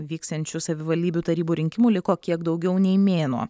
vyksiančių savivaldybių tarybų rinkimų liko kiek daugiau nei mėnuo